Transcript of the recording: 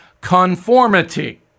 conformity